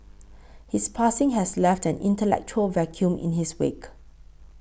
his passing has left an intellectual vacuum in his wake